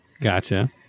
Gotcha